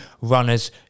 runners